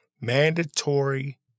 Mandatory